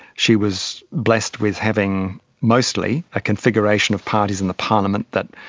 she was blessed with having mostly a configuration of parties in the parliament that